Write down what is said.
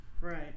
Right